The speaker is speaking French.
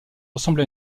ressemble